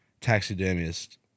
taxidermist